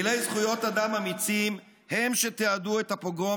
תקרא לי כמה שאתה רוצה.